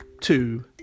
two